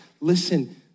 Listen